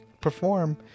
perform